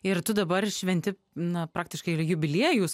ir tu dabar šventi na praktiškai ir jubiliejus